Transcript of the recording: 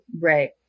Right